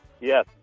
Yes